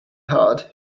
hard